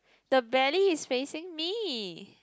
the belly is facing me